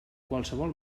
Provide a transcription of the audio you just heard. qualsevol